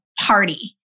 party